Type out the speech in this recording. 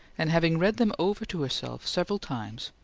and, having read them over to herself several times,